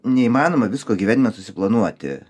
neįmanoma visko gyvenime susiplanuoti